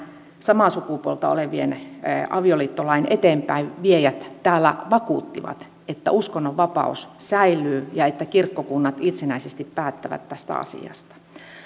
samaa sukupuolta olevien avioliittolain eteenpäinviejät täällä vakuuttivat että uskonnonvapaus säilyy ja että kirkkokunnat itsenäisesti päättävät tästä asiasta